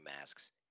masks